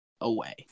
away